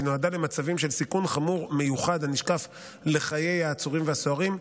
היא נועדה למצבים של סיכון חמור מיוחד הנשקף לחיי העצורים והסוהרים,